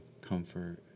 comfort